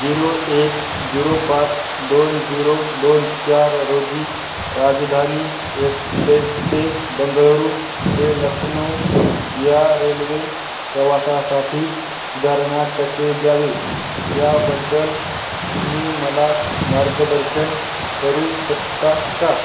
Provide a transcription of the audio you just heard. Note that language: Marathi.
झिरो एक झिरो पाच दोन झिरो दोन चार रोजी राजधानी एक्सप्रेस ते बंगळरू ते लखनऊ या रेल्वे प्रवासासाठी सुधारणा कसे द्यावे याबद्दल तुम्ही मला मार्गदर्शन करू शकता का